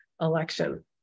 election